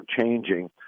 changing